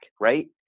right